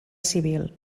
civil